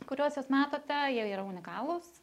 kuriuos matote jie yra unikalūs